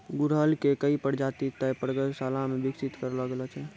गुड़हल के कई प्रजाति तॅ प्रयोगशाला मॅ विकसित करलो गेलो छै